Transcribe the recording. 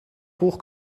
hoch